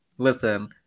Listen